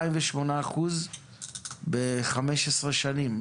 208% התייקרות ב-15 שנים,